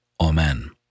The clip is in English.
Amen